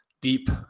deep